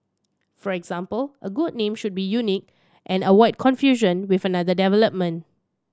for example a good name should be unique and avoid confusion with another development